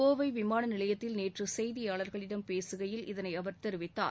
கோவை விமான நிலையத்தில் நேற்று செய்தியாளர்களிடம் பேசுகையில் இதனன அவர் தெரிவித்தார்